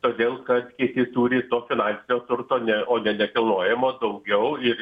todėl kad kiti turi to finansinio turto ne o ne nekilnojamo daugiau ir